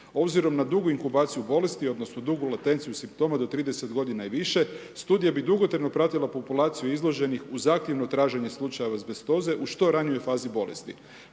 obzirom na dugu inkubaciju bolesti, odnosno dugu latenciju simptoma do 30 godina i više, studija bi dugotrajno pratila populaciju izloženih uz aktivno traženje slučajeva azbestoze u što ranijoj fazi bolesti.